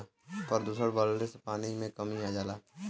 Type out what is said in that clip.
प्रदुषण बढ़ले से पानी में कमी आ जाला